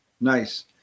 Nice